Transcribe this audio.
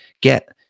get